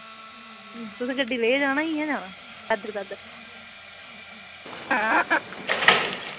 तुसें गड्डी लेइयै जाना जां इंया जाना पैदल पैदल